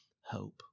hope